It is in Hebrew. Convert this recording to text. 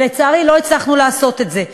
לצערי לא הצלחנו לעשות את זה.